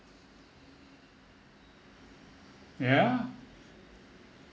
yeah